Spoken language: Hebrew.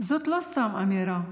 זאת לא סתם אמירה.